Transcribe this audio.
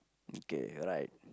okay like